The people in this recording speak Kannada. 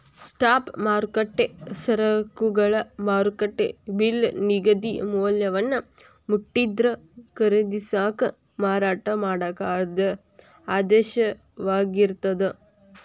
ಸ್ಪಾಟ್ ಮಾರುಕಟ್ಟೆ ಸರಕುಗಳ ಮಾರುಕಟ್ಟೆ ಬೆಲಿ ನಿಗದಿತ ಮೌಲ್ಯವನ್ನ ಮುಟ್ಟಿದ್ರ ಖರೇದಿಸಾಕ ಮಾರಾಟ ಮಾಡಾಕ ಆದೇಶವಾಗಿರ್ತದ